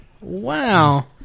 Wow